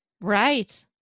Right